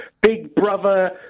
big-brother